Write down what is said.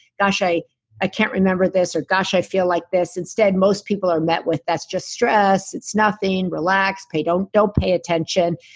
gosh i i can't remember this or gosh, i feel like this instead, most people are met with that's just stress. it's nothing. relax. don't don't pay attention.